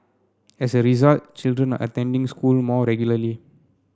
as a result children are attending school more regularly